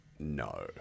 No